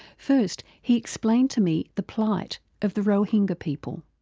first he explained to me the plight of the rohingya people.